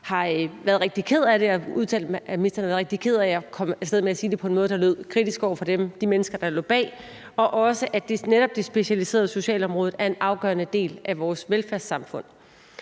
hen har udtalt, at han er rigtig ked af, at han kom til at sige det på en måde, der lød kritisk over for de mennesker, der lå bag, og også, at netop det specialiserede socialområde er en afgørende del af vores velfærdssamfund.